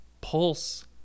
pulse